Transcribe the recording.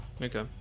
Okay